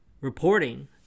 reporting